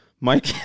Mike